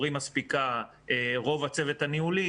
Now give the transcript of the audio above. וכן רוב הצוות הניהולי,